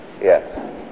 yes